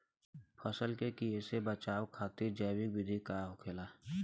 फसल के कियेसे बचाव खातिन जैविक विधि का होखेला?